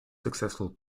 successful